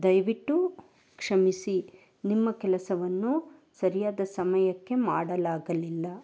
ದಯವಿಟ್ಟು ಕ್ಷಮಿಸಿ ನಿಮ್ಮ ಕೆಲಸವನ್ನು ಸರಿಯಾದ ಸಮಯಕ್ಕೆ ಮಾಡಲಾಗಲಿಲ್ಲ